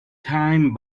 time